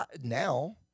now